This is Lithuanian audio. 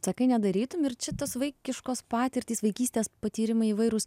sakai nedarytum ir čia tos vaikiškos patirtys vaikystės patyrimai įvairūs